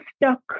stuck